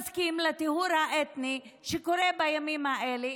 מסכים לטיהור האתני שקורה בימים האלה,